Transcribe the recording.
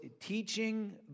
teaching